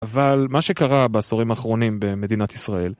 אבל מה שקרה בעשורים האחרונים במדינת ישראל...